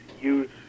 use